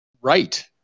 Right